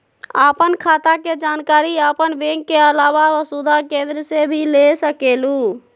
आपन खाता के जानकारी आपन बैंक के आलावा वसुधा केन्द्र से भी ले सकेलु?